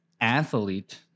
athlete